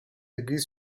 église